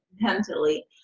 mentally